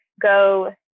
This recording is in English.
go